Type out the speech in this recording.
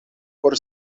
por